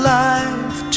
life